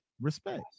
Respect